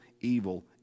evil